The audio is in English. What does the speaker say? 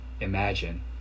imagine